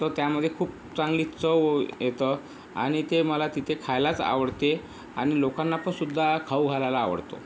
तो त्यामधे खूप चांगली चव येतं आणि ते मला तिथे खायलाच आवडते आणि लोकांनापण सुद्धा खाऊ घालायला आवडतो